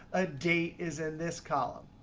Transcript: a date is in this column.